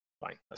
Fine